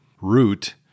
Root